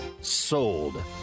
sold